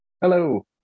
Hello